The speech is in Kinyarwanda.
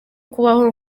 kubaho